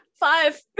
Five